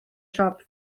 siop